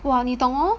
!wah! 你懂 hor